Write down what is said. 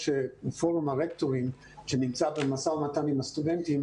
פורום הרקטורים שנמצא במשא ומתן עם הסטודנטים